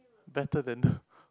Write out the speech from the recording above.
better than